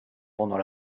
pendant